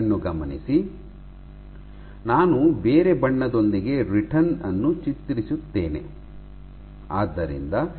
ನಾನು ಬೇರೆ ಬಣ್ಣದೊಂದಿಗೆ ರಿಟರ್ನ್ ಅನ್ನು ಚಿತ್ರಿಸುತ್ತೇನೆ